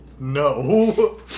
no